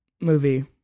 movie